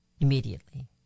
immediately